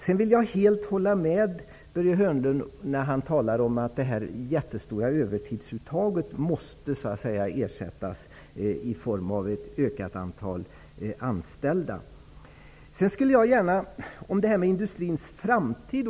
Jag vill helt hålla med Börje Hörnlund när han säger att det jättestora övertidsuttaget måste ersättas av ett ökat antal anställda. Börje Hörnlund var också inne på frågan om industrins framtid.